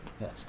Yes